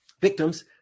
Victims